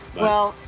well,